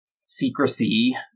secrecy